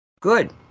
Good